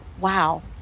wow